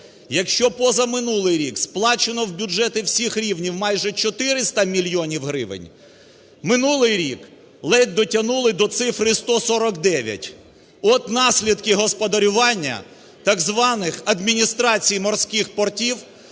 Якщо позаминулий рік сплачено в бюджети всіх рівнів майже 400 мільйонів гривень, минулий рік ледь дотягнули до цифри 149. От наслідки господарювання так званих адміністрацій морських портів,